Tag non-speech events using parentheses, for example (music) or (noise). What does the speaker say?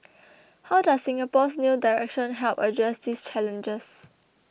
(noise) how does Singapore's new direction help address these challenges